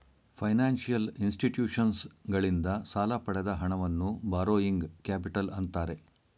financial ಇನ್ಸ್ಟಿಟ್ಯೂಷನ್ಸಗಳಿಂದ ಸಾಲ ಪಡೆದ ಹಣವನ್ನು ಬಾರೋಯಿಂಗ್ ಕ್ಯಾಪಿಟಲ್ ಅಂತ್ತಾರೆ